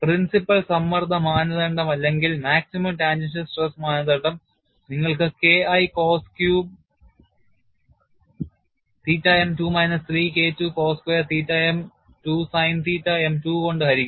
principal സമ്മർദ്ദ മാനദണ്ഡം അല്ലെങ്കിൽ maximum ടാൻജൻഷ്യൽ സ്ട്രെസ് മാനദണ്ഡം നിങ്ങൾക്ക് K I cos cube theta m 2 minus 3 K II cos square theta M 2 sin theta m 2 കൊണ്ട് ഹരിക്കുന്നു